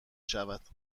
شود